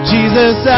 Jesus